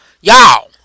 Y'all